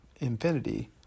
infinity